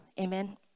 Amen